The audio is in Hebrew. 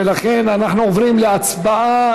ולכן אנחנו עוברים להצבעה.